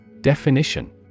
Definition